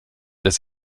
dass